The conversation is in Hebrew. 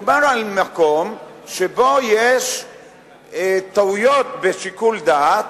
מדובר על מקום שיש בו טעויות בשיקול דעת,